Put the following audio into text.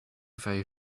very